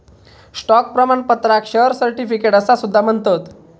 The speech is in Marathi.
स्टॉक प्रमाणपत्राक शेअर सर्टिफिकेट असा सुद्धा म्हणतत